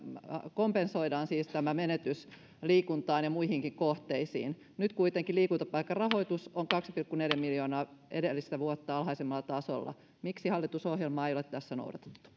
kompensoidaan menetys liikuntaan ja muihinkin kohteisiin nyt kuitenkin liikuntapaikkarahoitus on kaksi pilkku neljä miljoonaa edellistä vuotta alhaisemmalla tasolla miksi hallitusohjelmaa ei ole tässä noudatettu